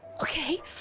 okay